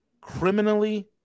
Criminally